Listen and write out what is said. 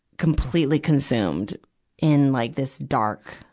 completely consumed in like this dark,